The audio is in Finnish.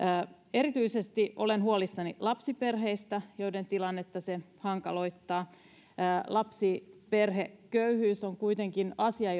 erityisesti olen huolissani lapsiperheistä joiden tilannetta se hankaloittaa lapsiperheköyhyys on kuitenkin asia